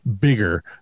bigger